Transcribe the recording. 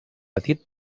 petit